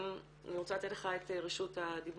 אני רוצה לתת לך את רשות הדיבור.